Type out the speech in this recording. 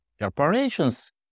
corporations